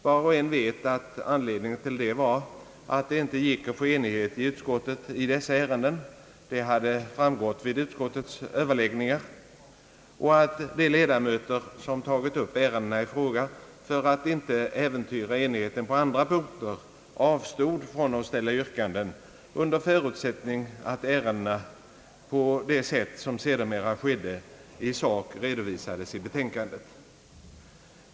Var och en vet att anledningen till det var att det inte gick att få enighet inom utskottet i dessa ärenden — det hade framgått vid utskottets överläggningar — och att de ledamöter som tagit upp ärendena i fråga för att inte äventyra enigheten på andra punkter avstod från att ställa yrkanden under förutsättning att ärendena — på det sätt som sedermera skedde — i sak redovisades i betänkandet.